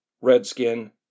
Redskin